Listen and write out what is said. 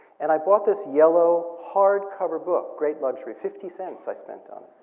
and i bought this yellow hardcover book. great luxury, fifty cents i spent on